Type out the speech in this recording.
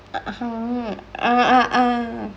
ah ah ah